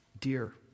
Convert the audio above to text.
Dear